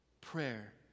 prayer